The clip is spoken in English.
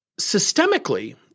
Systemically